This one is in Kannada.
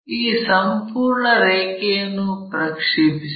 ಈ ಸಂಪೂರ್ಣ ರೇಖೆಯನ್ನು ಪ್ರಕ್ಷೇಪಿಸಿ